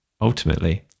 ultimately